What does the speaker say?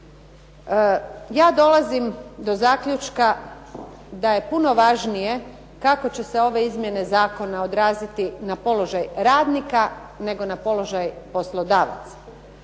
ja dolazim do zaključka da je puno važnije kako će se ove izmjene zakona odraziti na položaj radnika nego na položaj poslodavaca